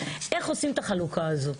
איך עושים את החלוקה הזאת.